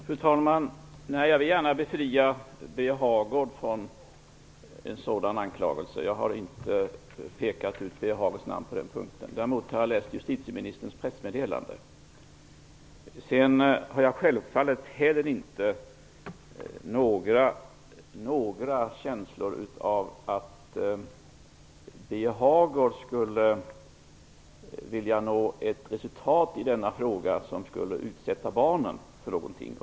Fru talman! Jag vill gärna befria Birger Hagård från anklagelsen att ha kommit med glåpord mot mig. Jag har inte pekat ut Birger Hagård på den punkten. Däremot har jag läst justitieministerns pressmeddelande. Sedan har jag självfallet heller inte någon känsla av att Birger Hagård skulle vilja nå ett resultat i denna fråga som skulle utsätta barnen för någonting.